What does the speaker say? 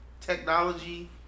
technology